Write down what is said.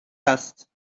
است